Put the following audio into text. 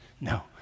no